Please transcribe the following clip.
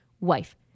wife